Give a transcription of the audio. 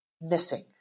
missing